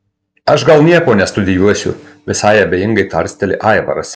aš gal nieko nestudijuosiu visai abejingai tarsteli aivaras